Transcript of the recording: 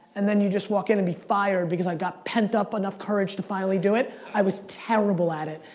and then you just walk in and be fired, because i've got pent up, enough courage to finally do it, i was terrible at it.